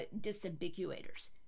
disambiguators